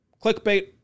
clickbait